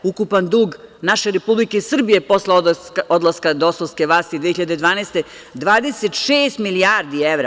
Ukupan dug naše Republike Srbije posle odlaska dosovske vlasti 2012. godine je 26 milijardi evra.